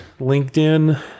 LinkedIn